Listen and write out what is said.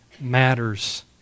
matters